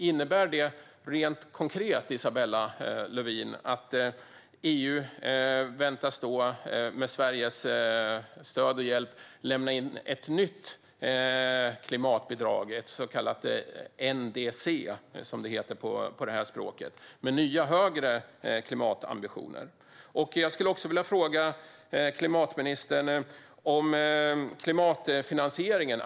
Innebär det rent konkret, Isabella Lövin, att EU med Sveriges stöd och hjälp väntas lämna in ett nytt klimatbidrag, ett så kallat NDC, med nya, högre klimatambitioner? Jag vill också ställa en fråga till klimatministern om klimatfinansieringen.